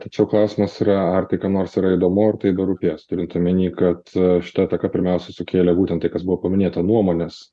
tačiau klausimas yra ar tai kam nors yra įdomu ar tai berūpės turint omeny kad šita ataka pirmiausia sukėlė būtent tai kas buvo paminėta nuomones